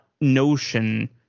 notion